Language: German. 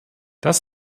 das